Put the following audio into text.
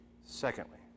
Secondly